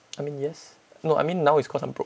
I mean yes no I mean now is cause I'm broke